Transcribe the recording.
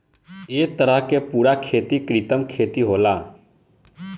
ए तरह के पूरा खेती कृत्रिम खेती होला